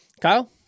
Kyle